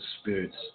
spirits